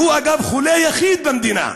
הוא, אגב, החולה היחיד במדינה,